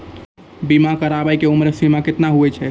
बीमा कराबै के उमर सीमा केतना होय छै?